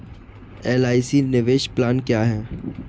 LIC निवेश plan क्या है?